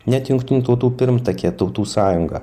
net jungtinių tautų pirmtakė tautų sąjunga